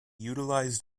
utilized